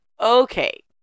Okay